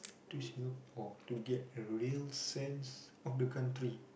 true Singapore to get a real sense of the country